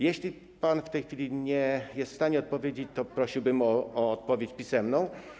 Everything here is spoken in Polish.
Jeśli pan w tej chwili nie jest w stanie odpowiedzieć, to prosiłbym o odpowiedź pisemną.